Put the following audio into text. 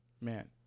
Man